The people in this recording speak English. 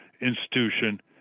institution